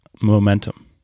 momentum